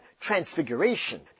transfiguration